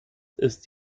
ist